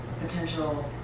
potential